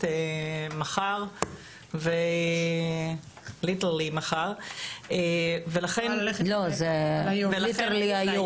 מחר וליטרלי מחר ולכן- זה ליטרלי היום.